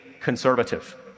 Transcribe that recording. conservative